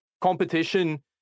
competition